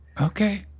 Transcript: okay